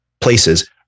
places